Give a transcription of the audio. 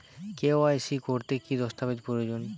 KYC করতে কি দস্তাবেজ প্রয়োজন?